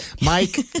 Mike